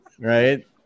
Right